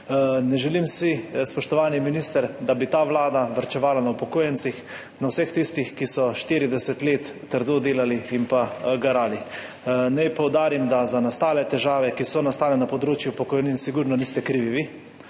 Ne želim si, spoštovani minister, da bi ta vlada varčevala na upokojencih, na vseh tistih, ki so 40 let trdo delali in pa garali. Naj poudarim, da za nastale težave, ki so nastale na področju pokojnin, sigurno niste krivi vi,